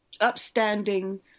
upstanding